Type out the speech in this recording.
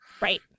Right